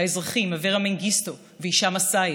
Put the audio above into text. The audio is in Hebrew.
והאזרחים אברה מנגיסטו והישאם א-סייד,